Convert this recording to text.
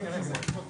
תודה.